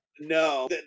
No